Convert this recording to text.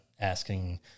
asking